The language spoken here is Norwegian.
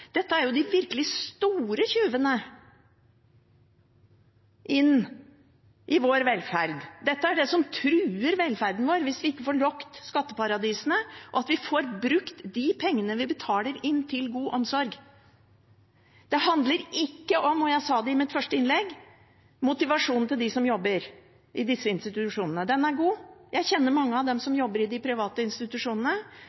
Dette er de virkelig store tyvene i vår velferd. Dette er det som truer velferden vår hvis vi ikke får lukket skatteparadisene og får brukt de pengene vi betaler inn, til god omsorg. Det handler ikke om – og det sa jeg i mitt første innlegg – motivasjonen til dem som jobber i disse institusjonene. Den er god, jeg kjenner mange av dem som